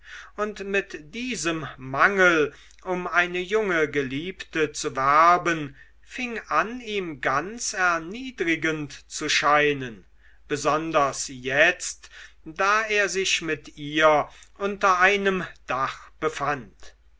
und mit diesem mangel um eine junge geliebte zu werben fing an ihm ganz erniedrigend zu scheinen besonders jetzt da er sich mit ihr unter einem dach befand